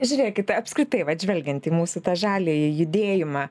žiūrėkit apskritai vat žvelgiant į mūsų tą žaliąjį judėjimą